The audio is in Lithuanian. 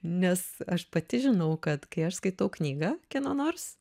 nes aš pati žinau kad kai aš skaitau knygą kieno nors